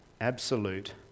absolute